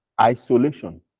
isolation